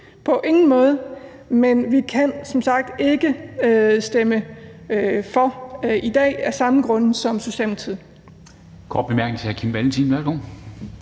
på ingen måde – men vi kan som sagt ikke stemme for det i dag af de samme grunde som